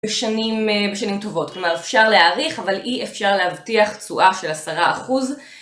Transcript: בשנים טובות, כלומר אפשר להאריך אבל אי אפשר להבטיח תשואה של עשרה אחוז